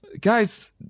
Guys